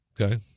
Okay